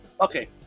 Okay